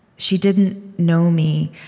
she didn't know me,